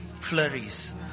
Flurries